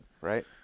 right